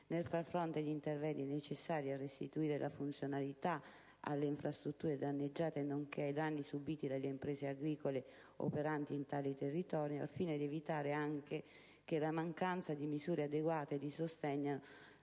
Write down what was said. nel far fronte agli interventi necessari a restituire funzionalitaalle infrastrutture danneggiate nonche´ ai gravi danni subiti dalle imprese agricole operanti in tale territorio, anche al fine di evitare che le stesse, in mancanza di adeguate misure di sostegno,